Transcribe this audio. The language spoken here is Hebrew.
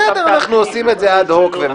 בסדר, אנחנו עושים את זה אד-הוק.